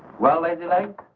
well as a leg.